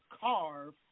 carve